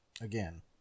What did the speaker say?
again